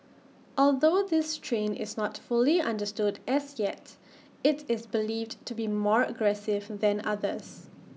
although this strain is not fully understood as yet IT is believed to be more aggressive than others